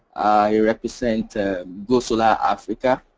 i represent gosolar africa.